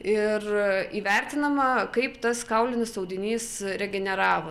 ir įvertinama kaip tas kaulinis audinys regeneravo